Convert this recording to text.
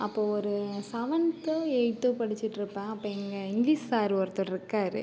அப்போ ஒரு செவன்த்தோ எய்த்தோ படிச்சுட்டுருப்பேன் அப்போ எங்கள் இங்கிலீஷ் சார் ஒருத்தவரு இருக்கார்